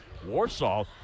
Warsaw